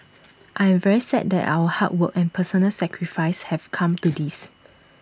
I am very sad that our hard work and personal sacrifice have come to this